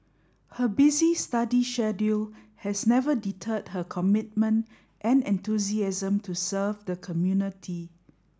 her busy study schedule has never deterred her commitment and enthusiasm to serve the community